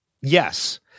yes